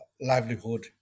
livelihood